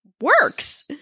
works